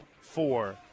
four